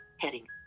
heading